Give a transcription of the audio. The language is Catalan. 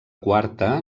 quarta